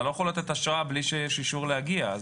אתה לא יכול לתת אשרה בלי שיש אישור להגיע.